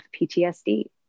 PTSD